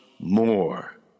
more